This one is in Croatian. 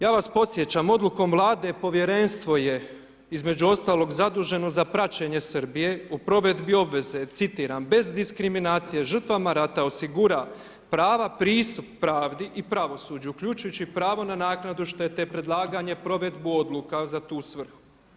Ja vas podsjećam odukom Vlade povjerenstvo je između ostalog zaduženo za praćenje Srbije u provedbi obveze, citiram bez diskriminacije žrtvama rata osigura prava, pristup pravdi i pravosuđu, uključujući i pravo na naknadu štete, predlaganje, provedbu odluka za tu svrhu.